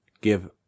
give